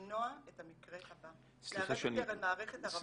ולמנוע את המקרה הבא, לערב יותר את מערכת הרווחה.